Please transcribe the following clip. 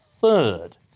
third